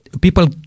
people